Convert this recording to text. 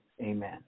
amen